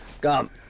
Come